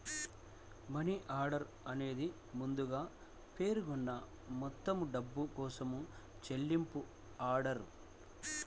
money order అనేది ముందుగా పేర్కొన్న మొత్తం డబ్బు కోసం చెల్లింపు ఆర్డర్